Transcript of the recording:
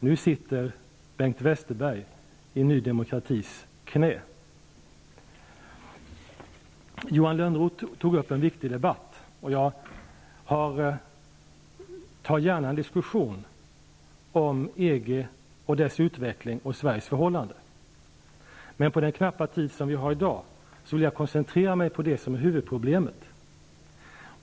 Nu sitter Bengt Johan Lönnroth tog upp en viktig debatt, och jag för gärna en diskussion om EG och dess politik och om Sveriges förhållanden, men på den knappa tid som vi har i dag vill jag koncentrera mig på det som är huvudproblemet.